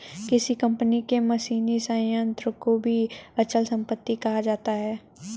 किसी कंपनी के मशीनी संयंत्र को भी अचल संपत्ति कहा जा सकता है